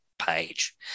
page